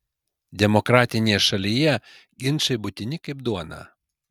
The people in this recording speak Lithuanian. demokratinėje šalyje ginčai būtini kaip duona